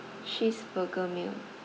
cheese burger meal